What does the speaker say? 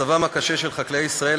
מצבם הקשה של חקלאי ישראל,